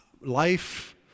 Life